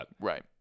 right